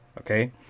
okay